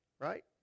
right